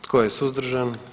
Tko je suzdržan?